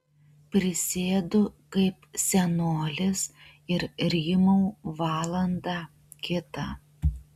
prisėdu kaip senolis ir rymau valandą kitą